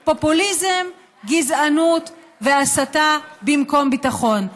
פופוליזם, גזענות והסתה במקום ביטחון.